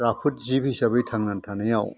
राफोद जिब हिसाबै थांनानै थानायाव